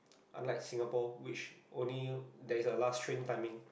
unlike Singapore which only there is a last train timing